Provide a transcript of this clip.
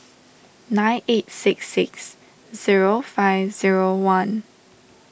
nine eight six six zero five zero one